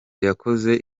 yakoze